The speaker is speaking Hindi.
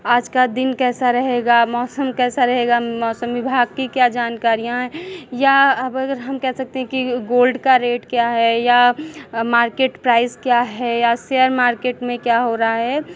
आज का दिन कैसा रहेगा मौसम कैसा रहेगा मौसम विभाग कि क्या जानकारियाँ हैं या अब अगर हम कह सकते हैं कि गोल्ड का रेट क्या है या मार्केट प्राइस क्या है या शेयर मार्केट में क्या हो रहा है